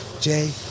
Jay